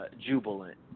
jubilant